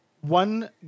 one